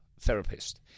therapist